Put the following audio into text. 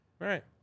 right